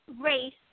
race